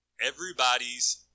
Everybody's